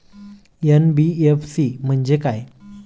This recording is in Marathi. एन.बी.एफ.सी म्हणजे काय?